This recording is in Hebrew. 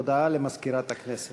הודעה למזכירת הכנסת.